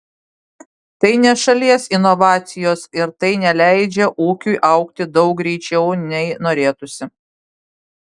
tai ne šalies inovacijos ir tai neleidžia ūkiui augti daug greičiau nei norėtųsi